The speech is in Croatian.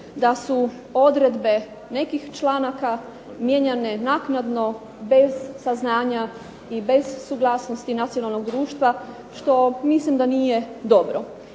da su odredbe nekih članaka mijenjane naknadno bez saznanja i bez suglasnosti Nacionalnog društva što mislim da nije dobro.